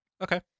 Okay